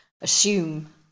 assume